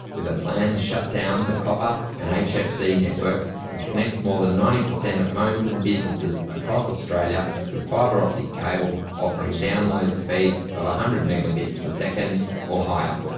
with a plan to shut down the copper and hfc networks, and connect more than ninety percent of homes and businesses across australia with fibre-optic cable offering download speeds of one hundred megabits per second or higher.